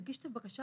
נגיש את הבקשה